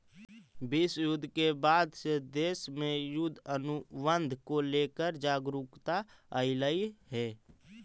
विश्व युद्ध के बाद से देश में युद्ध अनुबंध को लेकर जागरूकता अइलइ हे